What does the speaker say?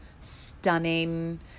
stunning